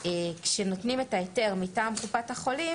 כשנותנים את ההיתר מטעם קופת החולים